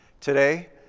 today